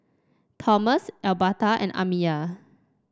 Tomas Elberta and Amiya